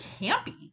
campy